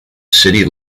city